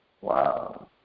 Wow